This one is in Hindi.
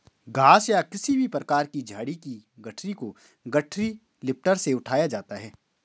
घास या किसी भी प्रकार की झाड़ी की गठरी को गठरी लिफ्टर से उठाया जाता है